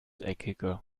eckige